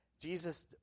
Jesus